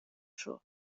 tro